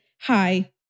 hi